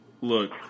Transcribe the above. Look